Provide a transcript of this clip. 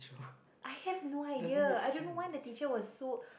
I have no idea I don't know why the teacher was so